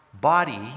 body